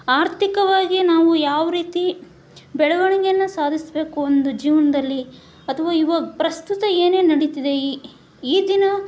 ಆರ್ಥಿಕವಾಗಿ ನಾವು ಯಾವ ರೀತಿ ಬೆಳವಣಿಗೆಯನ್ನು ಸಾಧಿಸಬೇಕು ಒಂದು ಜೀವನದಲ್ಲಿ ಅಥವಾ ಇವಾಗ ಪ್ರಸ್ತುತ ಏನೇನು ನಡೀತಿದೆ ಈ ಈ ದಿನ